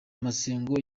masengo